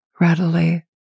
readily